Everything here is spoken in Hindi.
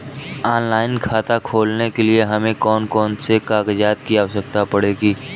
ऑनलाइन खाता खोलने के लिए हमें कौन कौन से कागजात की आवश्यकता पड़ेगी?